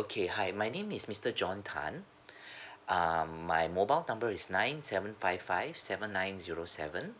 okay hi my name is mister john tan um my mobile number is nine seven five five seven nine zero seven